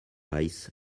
rice